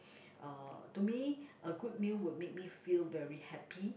uh to me a good meal would make me feel very happy